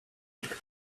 paper